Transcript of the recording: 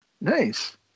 nice